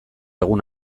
egun